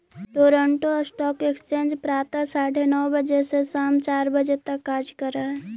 Toronto stock exchange प्रातः साढ़े नौ बजे से सायं चार बजे तक कार्य करऽ हइ